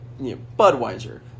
Budweiser